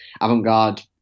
avant-garde